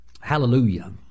Hallelujah